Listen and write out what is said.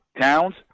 towns